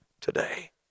today